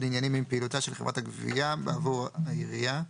עניינים עם פעילותה של חברת הגבייה בעבור העירייה.